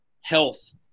health